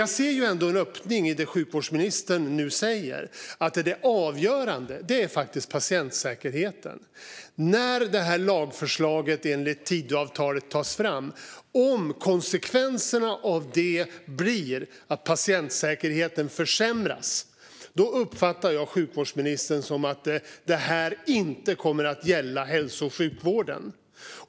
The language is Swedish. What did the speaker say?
Jag ser ändå en öppning i det sjukvårdsministern nu säger - att det avgörande faktiskt är patientsäkerheten. Om konsekvenserna av lagförslaget som ska tas fram i enlighet med Tidöavtalet blir att patientsäkerheten försämras, då uppfattar jag av sjukvårdsministern att det inte kommer att gälla hälso och sjukvården.